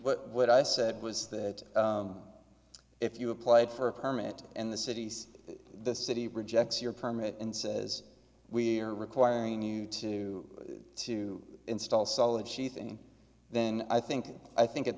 but what i said was that if you applied for a permit in the cities the city rejects your permit and says we are requiring you to to install solid she thing then i think i think at